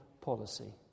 policy